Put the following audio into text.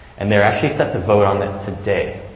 and they're actually set to vote on that today,